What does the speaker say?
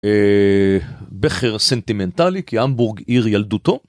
בחר סנטימנטלי כי אמבורג עיר ילדותו.